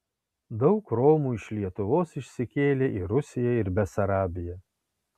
daug romų iš lietuvos išsikėlė į rusiją ir besarabiją